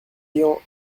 ayant